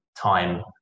time